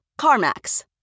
CarMax